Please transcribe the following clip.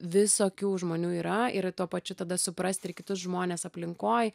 visokių žmonių yra ir tuo pačiu tada suprasti ir kitus žmones aplinkoj